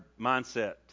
mindset